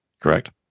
correct